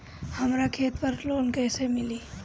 हमरा खेत पर लोन कैसे मिली?